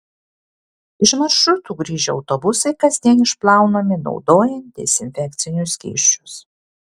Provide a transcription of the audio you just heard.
iš maršrutų grįžę autobusai kasdien išplaunami naudojant dezinfekcinius skysčius